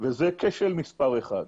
וזה כשל מספר אחת.